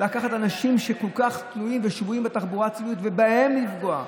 לקחת את האנשים שכל כך תלויים ושבויים בתחבורה הציבורית ובהם לפגוע,